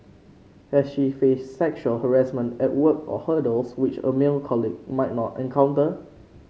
has she faced sexual harassment at work or hurdles which a male colleague might not encounter